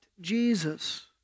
jesus